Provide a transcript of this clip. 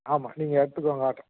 ஆமாம் நீங்கள் எடுத்துக்கோங்க ஆட்ரை